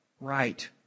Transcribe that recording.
right